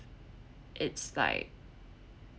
it's like